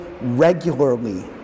regularly